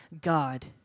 God